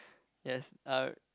yes uh